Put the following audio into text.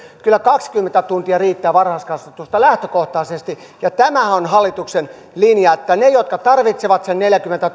kyllä kaksikymmentä tuntia riittää varhaiskasvatusta lähtökohtaisesti ja tämä on hallituksen linja että ne jotka tarvitsevat sen neljäkymmentä